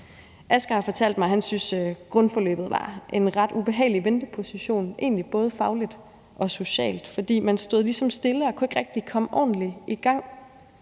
Asger har fortalt mig, at han synes, grundforløbet var en ret ubehagelig venteposition, egentlig både fagligt og socialt, fordi man ligesom stod stille og ikke rigtig kunne komme ordentligt i gang.